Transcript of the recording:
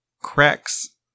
cracks